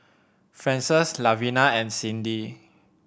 Frances Lavina and Cyndi